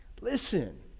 Listen